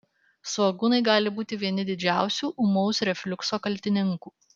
svogūnai gali būti vieni didžiausių ūmaus refliukso kaltininkų